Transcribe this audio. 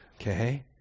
Okay